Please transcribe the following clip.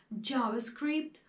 JavaScript